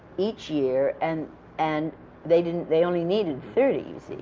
each year. and and they didn't they only needed thirty, you see.